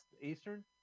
Eastern